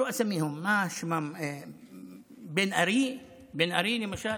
שו אסמו, בן ארי, בן ארי למשל,